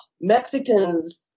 Mexicans